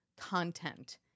content